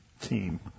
team